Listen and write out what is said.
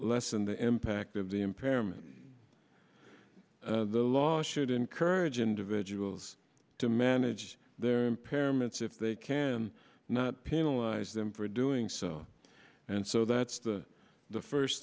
lessen the impact of the impairment the law should encourage individuals to manage their impairments if they can not penalize them for doing so and so that's the first